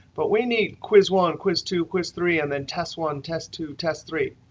but we need quiz one, quiz two, quiz three, and then test one, test two, test three.